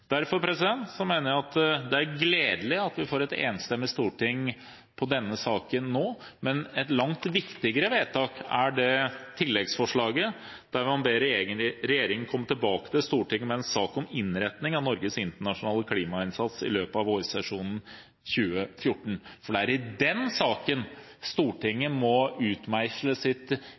Derfor mener jeg det er gledelig at Stortinget er enstemmig i denne saken. Et langt viktigere forslag til vedtak er forslaget der man «ber regjeringen komme tilbake til Stortinget med en sak om innretting av Norges internasjonale klimainnsats i løpet av vårsesjonen 2014». Det er i denne saken Stortinget må utmeisle